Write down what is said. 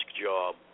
job